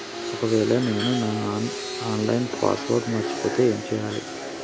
ఒకవేళ నేను నా ఆన్ లైన్ పాస్వర్డ్ మర్చిపోతే ఏం చేయాలే?